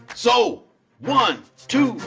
so one, two,